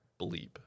bleep